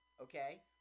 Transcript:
Okay